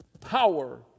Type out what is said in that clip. power